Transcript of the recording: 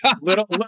little